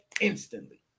instantly